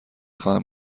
خواهم